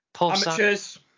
amateurs